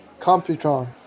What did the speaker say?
Computron